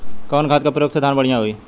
कवन खाद के पयोग से धान बढ़िया होई?